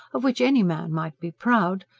of which any man might be proud,